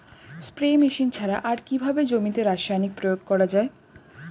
Spray machine ছাড়া আর কিভাবে জমিতে রাসায়নিক প্রয়োগ করা যায়?